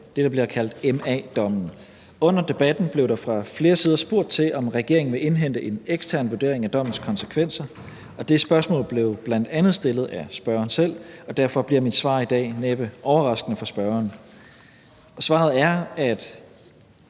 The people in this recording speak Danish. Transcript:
det, der bliver kaldt M.A.-dommen. Under debatten blev der fra flere sider spurgt til, om regeringen vil indhente en ekstern vurdering af dommens konsekvenser, og det spørgsmål blev bl.a. stillet af spørgeren selv, og derfor bliver mit svar i dag næppe overraskende for spørgeren. Svaret er, at